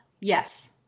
Yes